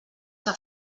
que